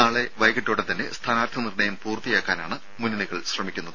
നാളെ വൈകിട്ടോടെ തന്നെ സ്ഥാനാർത്ഥി നിർണ്ണയം പൂർത്തിയാക്കാനാണ് മുന്നണികൾ ശ്രമിക്കുന്നത്